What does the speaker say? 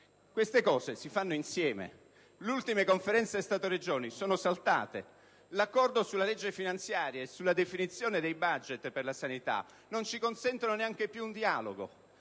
Queste cose si fanno insieme. Le ultime Conferenze Stato-Regioni sono saltate. L'accordo sulla legge finanziaria e sulla definizione dei *budget* per la sanità non ci consente neanche più un dialogo.